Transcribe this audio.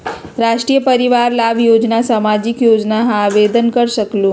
राष्ट्रीय परिवार लाभ योजना सामाजिक योजना है आवेदन कर सकलहु?